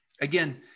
again